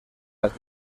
las